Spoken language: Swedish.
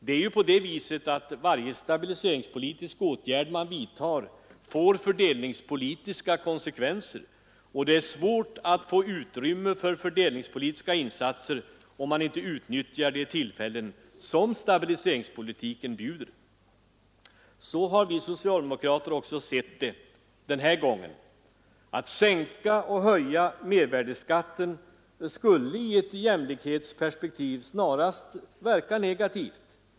Det är ju på det viset, att varje stabiliseringspolitisk åtgärd som man vidtar får fördelningspolitiska konsekvenser, och det är svårt att få utrymme för fördelningspolitiska insatser, om man inte utnyttjar de tillfällen som stabiliseringspolitiken bjuder. Så har vi socialdemokrater också sett det den här gången, Att sänka och höja mervärdeskatten skulle i ett jämlikhetsperspektiv snarast verka negativt.